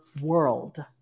world